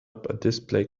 display